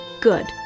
good